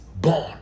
born